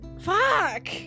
fuck